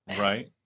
Right